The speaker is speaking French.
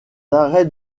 arrêts